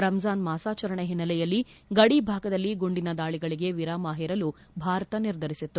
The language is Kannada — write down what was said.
ರಂಜಾನ್ ಮಾಸಾಚರಣೆ ಹಿನ್ನೆಲೆಯಲ್ಲಿ ಗಡಿ ಭಾಗದಲ್ಲಿ ಗುಂಡಿನ ದಾಳಿಗಳಿಗೆ ವಿರಾಮ ಹೇರಲು ಭಾರತ ನಿರ್ಧರಿಸಿತ್ತು